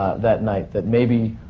that night. that maybe.